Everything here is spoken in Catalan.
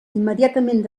immediatament